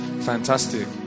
Fantastic